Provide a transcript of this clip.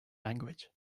language